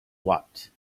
what